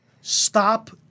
Stop